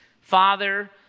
father